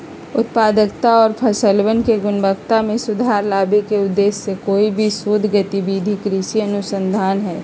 उत्पादकता और फसलवन के गुणवत्ता में सुधार लावे के उद्देश्य से कोई भी शोध गतिविधि कृषि अनुसंधान हई